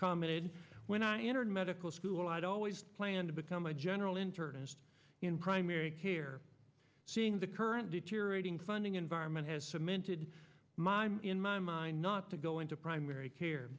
commented when i entered medical school i always plan to become a general internist in primary care seeing the current deteriorating funding environment has cemented my in my mind not to go into primary care